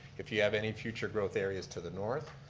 if you have any future growth areas to the north.